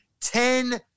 Ten